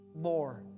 More